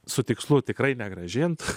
su tikslu tikrai negrąžins